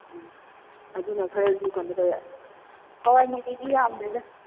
ꯎꯝ ꯑꯗꯨꯅ ꯈꯔꯁꯨ ꯀꯩꯅꯣ ꯇꯧꯋꯦ ꯍꯋꯥꯏ ꯃꯨꯕꯤꯗꯤ ꯌꯥꯝꯗꯦꯗ